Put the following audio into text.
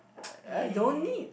ya